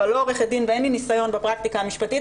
אבל לא עורכת דין ואין לי ניסיון בפרקטיקה המשפטית,